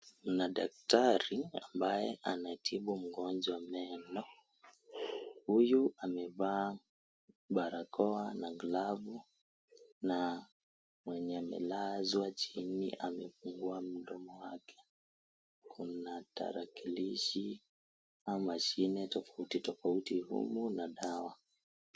Mna daktari ambaye anatibu mgonjwa meno, huyu amevaa barakoa na glavu na mwenye amelazwa chini amefungua mdomo wake, kuna tarakilishi au mashine tofautitofauti humu na dawa.